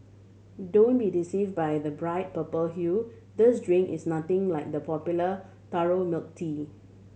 don't be deceive by the bright purple hue this drink is nothing like the popular taro milk tea